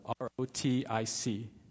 R-O-T-I-C